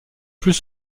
plus